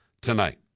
tonight